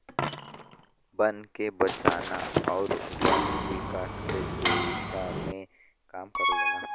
बन के बचाना आउर वन विकास के दिशा में काम करल जाला